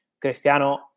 Cristiano